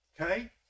Okay